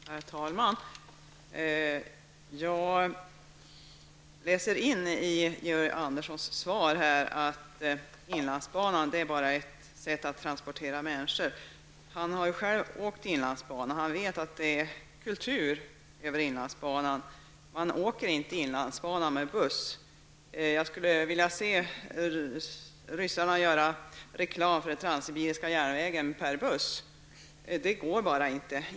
Herr talman! Jag läser in i Georg Anderssons svar att inlandsbanan bara är ett sätt att transportera människor. Kommunikationsministern har själv åkt inlandsbanan, och han vet att det är kultur över inlandsbanan. Man åker inte inlandsbanan med buss. Jag skulle vilja se ryssarna göra reklam för transibiriska järnvägen per buss. Det går bara inte.